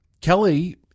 Kelly